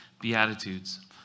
Beatitudes